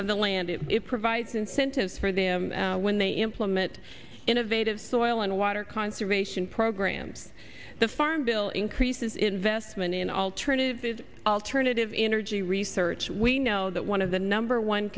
of the land it provides incentives for them when they implement innovative soil and why our conservation programs the farm bill increases investment in alternative good alternative energy research we know that one of the number one